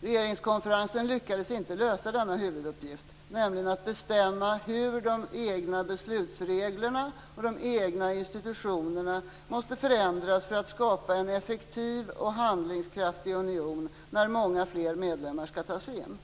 Regeringskonferensen lyckades inte lösa denna sin huvuduppgift, nämligen bestämma hur de egna beslutsreglerna och de egna institutionerna skall förändras för att skapa en effektiv och handlingskraftig union när många fler medlemmar skall tas in.